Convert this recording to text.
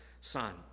Son